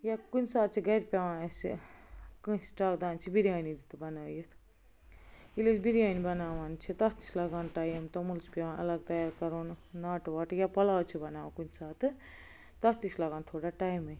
یا کُنہِ ساتہٕ چھِ گھرِ پیٚوان اسہِ کٲنسہِ ٹکھ دپان چھِ بریانی دِتہٕ بنٲیِتھ ییٚلہ أسۍ بریٲنۍ بناوان چھِ تتھ تہِ چھِ لگان ٹایم توٚمُل چھُ پیٚوان الگ تیار کرُن ناٹہٕ واٹہٕ یا پۄلاو چھِ بناوان کُنہِ ساتہٕ تتھ تہِ چھُ لگان تھوڑا ٹایمٕے